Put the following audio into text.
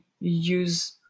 use